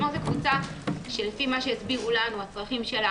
זו קבוצה שלפי מה שהסבירו לנו הצרכים שלה